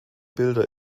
bilder